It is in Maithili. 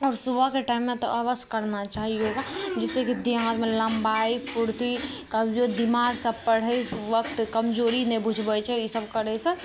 आओर सुबहके टाइममे तऽ आवश्य करना चाही योगा जाहि सऽ कि देह हाथमे लम्बाइ फुर्ती आओर जो दिमागसँ पढ़ै वक्त कमजोरी नहि बुझबै छै ई सभ करैसँ